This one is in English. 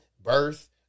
birth